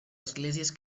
esglésies